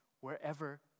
wherever